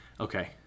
Okay